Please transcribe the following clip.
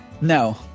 no